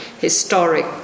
historic